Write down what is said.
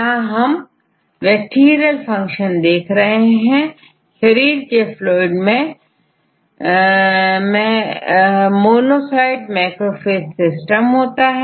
यहां हम bacterial function देख रहे हैं बॉडी फ्लोएड मैं मोनोसाइट मैक्रोफेज सिस्टम होता है